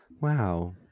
Wow